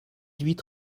huit